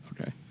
Okay